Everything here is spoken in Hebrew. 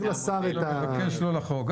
מבקש לא לחרוג.